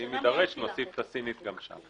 ואם נידרש, נוסיף את הסינית גם שם.